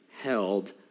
held